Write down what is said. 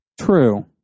True